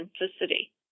simplicity